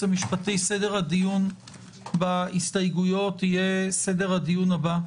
המשפטי סדר הדיון בהסתייגויות יהיה סדר הדיון הבא,